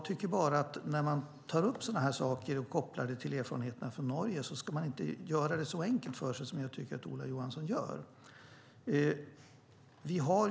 När sådana frågor tas upp och kopplas till erfarenheterna i Norge ska man inte göra det så enkelt för sig som jag tycker att Ola Johansson gör.